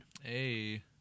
Hey